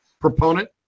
proponent